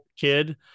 kid